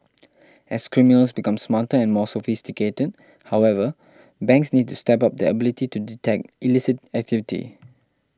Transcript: as criminals become smarter and more sophisticated however banks need to step up their ability to detect illicit activity